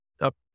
up